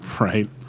Right